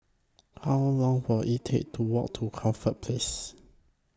How Long Will IT Take to Walk to Corfe Place